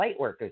Lightworkers